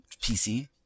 PC